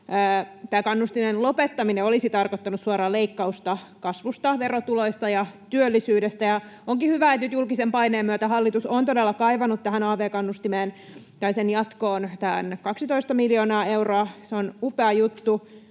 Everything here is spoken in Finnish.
kannustimen lopettaminen olisi tarkoittanut suoraa leikkausta kasvusta, verotuloista ja työllisyydestä, ja onkin hyvä, että nyt julkisen paineen myötä hallitus on todella kaivanut tähän av-kannustimeen tai sen jatkoon tämän 12 miljoonaa euroa. Se on upea juttu,